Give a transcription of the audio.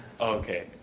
okay